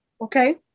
Okay